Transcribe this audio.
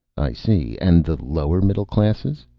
i see. and the lower middle classes?